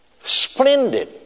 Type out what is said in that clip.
splendid